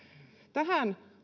tähän